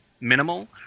minimal